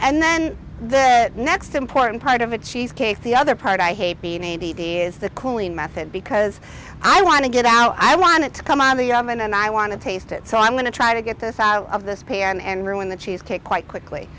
and then the next important part of a cheesecake the other part i hate being a d d is the cooling method because i want to get out i want it to come out of the oven and i want to taste it so i'm going to try to get this out of this pear and ruin the cheesecake quite quickly